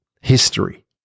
history